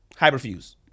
Hyperfuse